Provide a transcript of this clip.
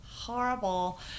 horrible